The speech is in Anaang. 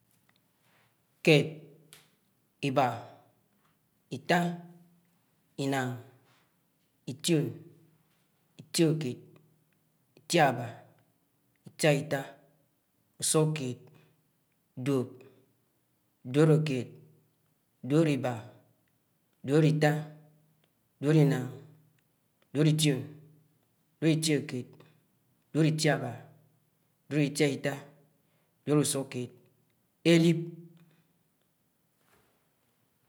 Kèd. ibá. itá. inán. itión. itiókèd. itiábá. itiáitá, ùsùkèd duòb. duòbòkèd. duòliba. duòlitá. duòlinán. duòlitión. duòlitiòkèd. duòlitiábá. duòlitiáitá. duòliùsùkèd. élib